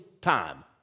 time